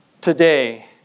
today